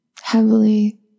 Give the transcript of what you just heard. heavily